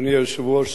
אדוני היושב-ראש,